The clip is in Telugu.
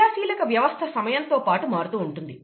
క్రియాశీలక వ్యవస్థ సమయంతో మారుతూ ఉంటుంది